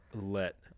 let